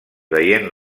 veient